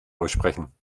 aussprechen